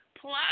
Plus